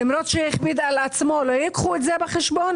למרות שהכביד על עצמו, לא ייקחו את זה בחשבון?